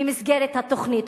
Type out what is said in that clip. במסגרת התוכנית.